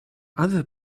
other